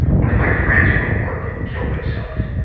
one of my friends from work killed themselves.